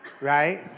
right